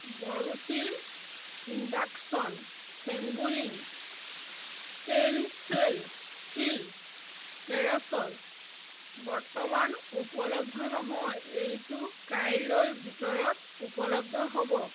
Borosil induction ফ্ৰেঙগুলিন stainless steel casserole বৰ্তমান উপলব্ধ নহয় এইটো কাইলৈৰ ভিতৰত ঊপলব্ধ হ'ব